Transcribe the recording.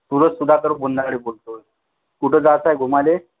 सुरज सुधाकर बोलतो कुठं जायचं आहे घुमाले